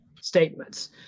statements